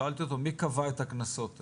שאלתי אותו מי קבע את הקנסות האלה?